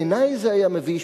בעיני זה היה מביש,